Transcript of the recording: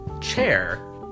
chair